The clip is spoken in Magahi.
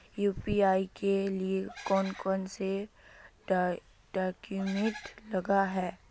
यु.पी.आई के लिए कौन कौन से डॉक्यूमेंट लगे है?